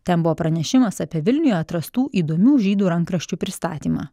ten buvo pranešimas apie vilniuje atrastų įdomių žydų rankraščių pristatymą